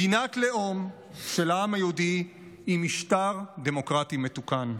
מדינת לאום של העם היהודי היא משטר דמוקרטי מתוקן.